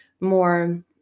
more